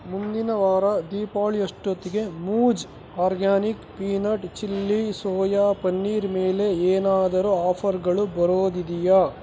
ಮುಂದಿನ ವಾರ ದೀಪಾವಳಿಯಷ್ಟೊತ್ತಿಗೆ ಮೂಜ್ organic peanut chilli soya paneer ಮೇಲೆ ಏನಾದರು ಆಫರ್ಗಳು ಬರೋದಿದೆಯ